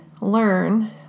learn